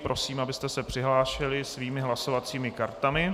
Prosím, abyste se přihlásili svými hlasovacími kartami.